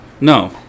No